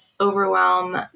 overwhelm